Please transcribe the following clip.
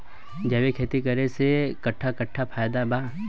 जैविक खेती करे से कट्ठा कट्ठा फायदा बा?